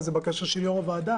אבל זו בקשה של יושב-ראש הוועדה.